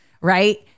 right